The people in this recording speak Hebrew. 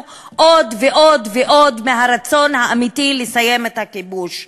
עוד ועוד ועוד מהרצון האמיתי לסיים את הכיבוש?